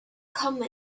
come